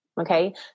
Okay